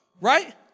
Right